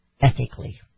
ethically